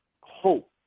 hope